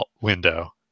window